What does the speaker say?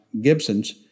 Gibson's